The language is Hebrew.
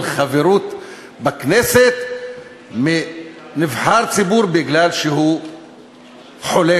חברות בכנסת מנבחר ציבור מפני שהוא חולק